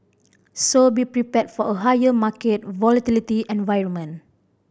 so be prepared for a higher market volatility environment